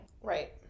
Right